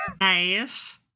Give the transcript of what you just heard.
Nice